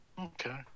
Okay